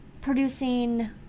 producing